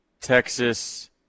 Texas